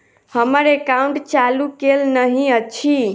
हम्मर एकाउंट चालू केल नहि अछि?